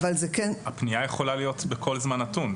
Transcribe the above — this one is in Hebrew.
הפנייה יכולה להיות בכל זמן נתון.